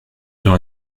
dans